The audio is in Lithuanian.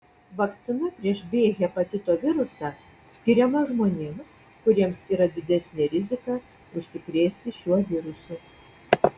vakcina prieš b hepatito virusą skiriama žmonėms kuriems yra didesnė rizika užsikrėsti šiuo virusu